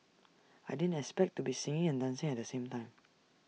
I didn't expect to be singing and dancing at the same time